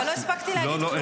אבל לא הספקתי להגיד כלום.